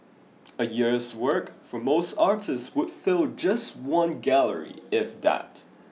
a year's work for most artists would fill just one gallery if that